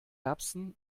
erbsen